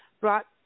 brought